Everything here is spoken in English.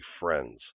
friends